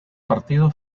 partido